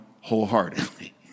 wholeheartedly